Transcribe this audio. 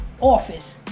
office